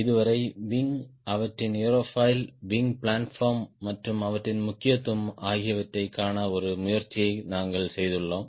இதுவரை விங் அவற்றின் aerofoil wing planform மற்றும் அவற்றின் முக்கியத்துவம் ஆகியவற்றைக் காண ஒரு முயற்சியை நாங்கள் செய்துள்ளோம்